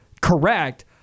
correct